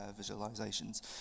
visualizations